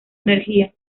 energía